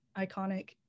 iconic